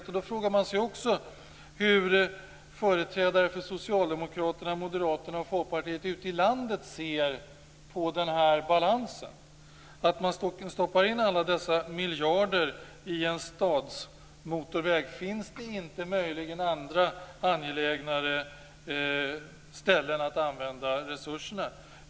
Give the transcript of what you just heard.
Det man då också frågar sig är hur företrädare för Socialdemokraterna, Moderaterna och Folkpartiet ute i landet ser på den här balansen, dvs. att man stoppar in alla dessa miljarder i en stadsmotorväg. Finns det möjligen inte andra, angelägnare ställen där man kan använda resurserna?